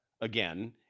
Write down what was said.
again